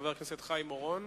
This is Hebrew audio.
חבר הכנסת חיים אורון.